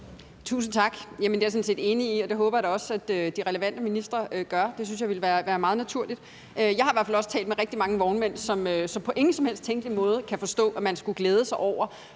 Tusind tak. Det er jeg sådan set enig i, og det håber jeg da også at de relevante ministre gør. Det synes jeg ville være meget naturligt. Jeg har i hvert fald også talt med rigtig mange vognmænd, som på ingen som helst tænkelig måde kan forstå, at man skulle glæde sig over